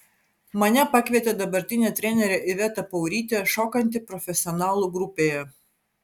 mane pakvietė dabartinė trenerė iveta paurytė šokanti profesionalų grupėje